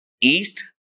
East